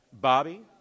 Bobby